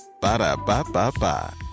Ba-da-ba-ba-ba